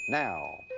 now.